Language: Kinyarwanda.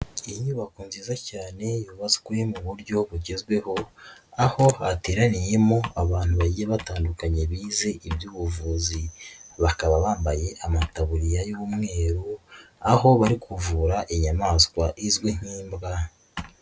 Inyubako nziza cyane yubatswe mu buryo bugezweho, aho hateraniyemo abantu bagiye batandukanye bize iby'ubuvuzi. Bakaba bambaye amataburiya y'umweru, aho bari kuvura inyamaswa izwi nk'imbwa.